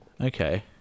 Okay